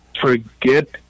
forget